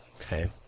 Okay